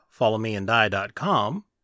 followmeanddie.com